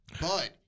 but-